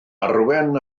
arwain